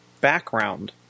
background